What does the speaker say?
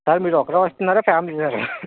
sir మీరు ఒక్కరే వస్తున్నారా ఫామిలీ సార్